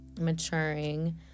maturing